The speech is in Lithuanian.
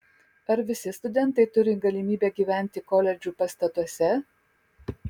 ar visi studentai turi galimybę gyventi koledžų pastatuose